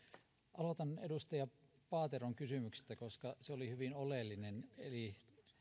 aloitan edustaja paateron kysymyksestä koska se oli hyvin oleellinen eli